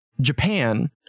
Japan